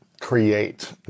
create